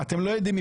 אתם לא יודעים,